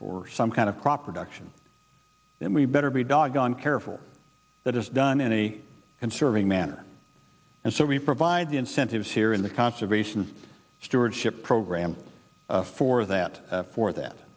for some kind of crop production then we better be doggone careful that it's done in a and serving manner and so we provide the incentives here in the conservations stewardship program for that for that